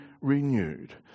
renewed